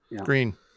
Green